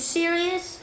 serious